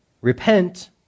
repent